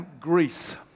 Greece